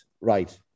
right